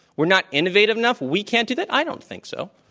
we're not innovative enough? we can't do that? i don't think so.